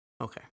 Okay